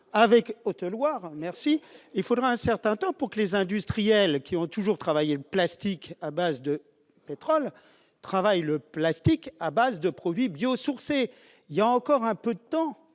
la Haute-Loire. Il faudra un certain temps pour que les industriels qui ont toujours travaillé le plastique à base de pétrole travaillent le plastique à base de produits biosourcés. Mais on va dans